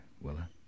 Willa